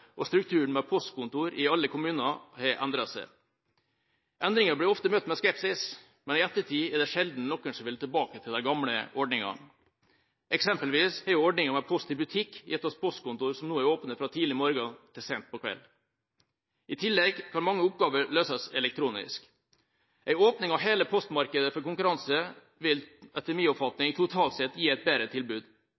og strukturen med postkontorer i alle kommuner har endret seg. Endringer blir ofte møtt med skepsis, men i ettertid er det sjelden noen vil tilbake til de gamle ordningene. Eksempelvis har ordninga med Post i Butikk gitt oss postkontorer som er åpne fra tidlig om morgen til sent på kvelden. I tillegg kan mange oppgaver løses elektronisk. En åpning av hele postmarkedet for konkurranse vil, etter